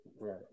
right